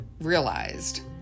realized